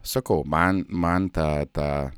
sakau man man tą tą